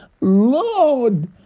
Lord